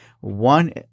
one